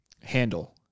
handle